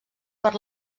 per